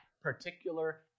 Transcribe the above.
particular